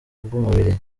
bw’umubiri